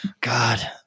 God